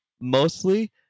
mostly